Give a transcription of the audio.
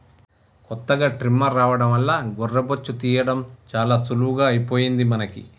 కొత్తగా ట్రిమ్మర్ రావడం వల్ల గొర్రె బొచ్చు తీయడం చాలా సులువుగా అయిపోయింది మనకి